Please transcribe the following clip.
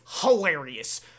hilarious